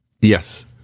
Yes